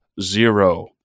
zero